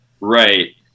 Right